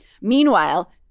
Meanwhile